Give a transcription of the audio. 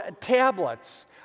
tablets